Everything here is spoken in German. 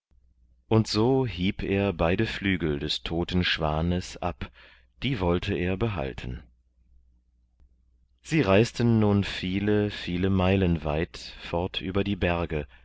und so hieb er beide flügel des toten schwanes ab die wollte er behalten sie reisten nun viele viele meilen weit fort über die berge